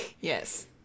Yes